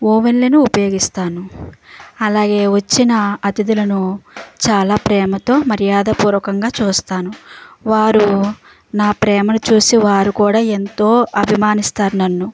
ఓవెన్లను ఉపయోగిస్తాను అలాగే వచ్చిన అతిథులను చాలా ప్రేమతో మర్యాద పూర్వకంగా చూస్తాను వారు నా ప్రేమను చూసి వారు కూడా ఎంతో అభిమానిస్తారు నన్ను